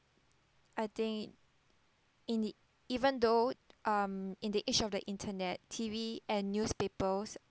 I think in it even though um in the age of the internet T_V and newspapers